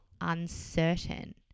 uncertain